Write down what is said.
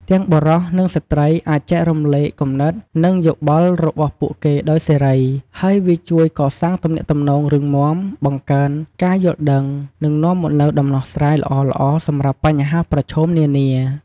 ទាំងបុរស និងស្ត្រីអាចចែករំលែកគំនិត និងយោបល់របស់ពួកគេដោយសេរី ហើយវាជួយកសាងទំនាក់ទំនងរឹងមាំ បង្កើនការយល់ដឹង និងនាំមកនូវដំណោះស្រាយល្អៗសម្រាប់បញ្ហាប្រឈមនានា។